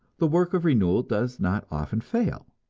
the work of renewal does not often fail.